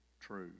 true